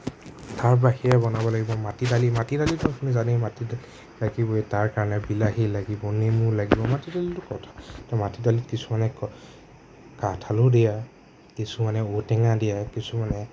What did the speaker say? তাৰ বাহিৰে বনাব লাগিব মাটি দালি মাটি দালিটো আপুনি জানেই মাটি দালি লাগিবই তাৰকাৰণে বিলাহী লাগিব নেমু লাগিব মাটি দালিটো ত' মাটি দালিত কিছুমানে কাঠ আলু দিয়া কিছুমানে ঔ টেঙা দিয়াই কিছুমানে